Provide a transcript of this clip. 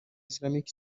islamic